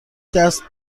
دست